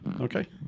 Okay